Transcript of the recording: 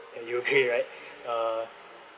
and you'll pay right uh